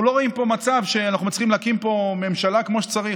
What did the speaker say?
אנחנו לא רואים מצב שאנחנו מצליחים להקים פה ממשלה כמו שצריך.